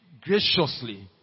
graciously